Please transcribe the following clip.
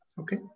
Okay